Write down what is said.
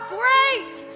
great